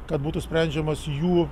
kad būtų sprendžiamas jų